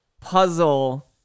puzzle